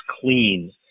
clean